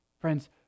Friends